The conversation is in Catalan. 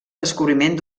descobriment